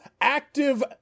active